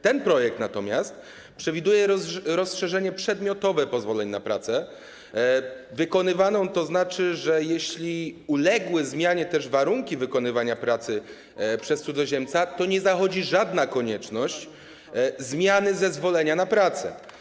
Ten projekt natomiast przewiduje rozszerzenie przedmiotowe pozwoleń na pracę wykonywaną, to znaczy, że jeśli uległy zmianie warunki wykonywania pracy przez cudzoziemca, to nie zachodzi żadna konieczność zmiany zezwolenia na pracę.